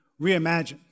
Reimagine